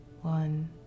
one